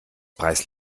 preis